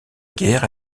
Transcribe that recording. guerre